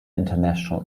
international